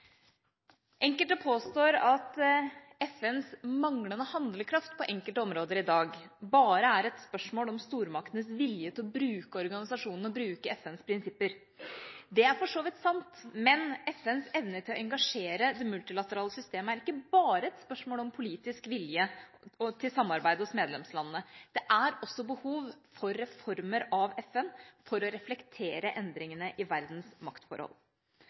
Enkelte påstår at FNs manglende handlekraft på enkelte områder i dag bare er et spørsmål om stormaktenes vilje til å bruke organisasjonen og FNs prinsipper. Det er for så vidt sant. Men FNs evne til å engasjere det multilaterale systemet er ikke bare et spørsmål om politisk vilje til samarbeid hos medlemslandene. Det er også behov for reformer av FN for å reflektere endringene i verdens maktforhold.